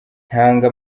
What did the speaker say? ntanga